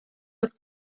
have